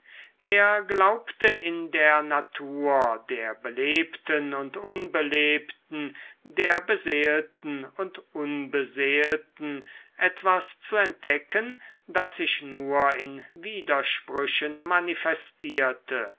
er glaubte in der natur der belebten und unbelebten der beseelten und unbeseelten etwas zu entdecken das sich nur in widersprüchen manifestierte